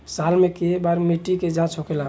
साल मे केए बार मिट्टी के जाँच होखेला?